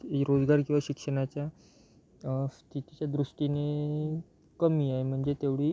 आहे रोजगार किंवा शिक्षणाच्या स्थितीच्या दृष्टीने कमी आहे म्हणजे तेवढी